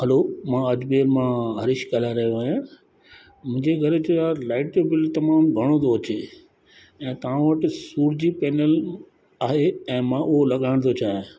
हलो मां अजमेर मां हरीश ॻाल्हाए रहियो आहियां मुंहिंजी घर जो आहे लाइट जो बिल तमामु घणो थो अचे ऐं तव्हां वटि सूर्य जी पैनल आहे ऐं मां उहो लॻाइण थो चाहियां